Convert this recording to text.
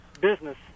business